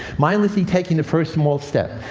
mindlessly taking the first small step.